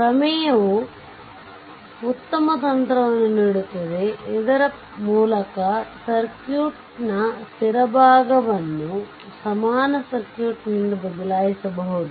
ಪ್ರಮೇಯವು ಉತ್ತಮ ತಂತ್ರವನ್ನು ನೀಡುತ್ತದೆ ಅದರ ಮೂಲಕ ಸರ್ಕ್ಯೂಟ್ನ ಸ್ಥಿರ ಭಾಗವನ್ನು ಸಮಾನ ಸರ್ಕ್ಯೂಟ್ನಿಂದ ಬದಲಾಯಿಸಬಹುದು